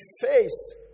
face